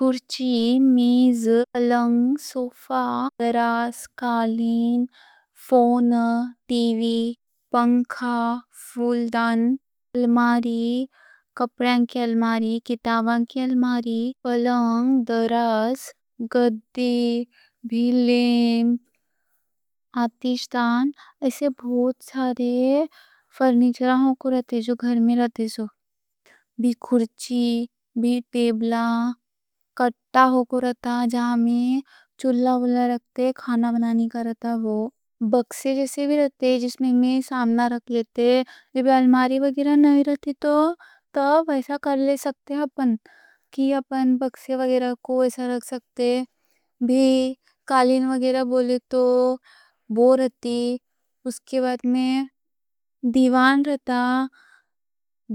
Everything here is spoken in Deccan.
کرسی، میز، پلنگ، صوفہ، دراز، قالین، فون، ٹی وی، پنکھا، فولدان، الماری، کپڑاں کی الماری، کتاباں کی الماری، پلنگ، دراز۔ گدی، بھی لیم، آتشدان، ایسے بہت سارے فرنیچر ہوکو رہتے جو، گھر میں رہتے جو۔ بھی کرسی، بھی ٹیبلیں، کٹا ہوکو رہتا، جہاں میں چولہا وغیرہ رکھتے، کھانا بنانے کا رہتا وہ۔ bکس جیسے بھی رہتے، جس میں میں سامان رکھ لیتے، جب الماری وغیرہ نہیں رہتی تو، تب ایسا کر سکتے ہم کہ ہم بکس وغیرہ کو ایسا رکھ سکتے۔ بھی قالین وغیرہ بولے تو وہ رہتی، اس کے بعد میں دیوان رہتا،